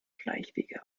schleichwege